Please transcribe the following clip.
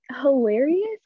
hilarious